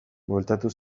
bueltatu